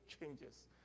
changes